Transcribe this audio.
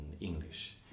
English